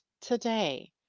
today